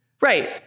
right